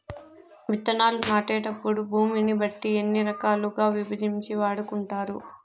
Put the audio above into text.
విత్తనాలు నాటేటప్పుడు భూమిని బట్టి ఎన్ని రకాలుగా విభజించి వాడుకుంటారు?